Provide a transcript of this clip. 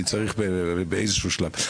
אבל אני צריך באיזשהו שלב,